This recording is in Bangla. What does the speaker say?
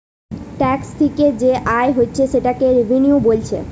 ট্যাক্স থিকে যে আয় হচ্ছে সেটাকে রেভিনিউ বোলছে